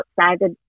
outside